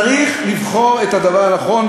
צריך לבחור את הדבר הנכון,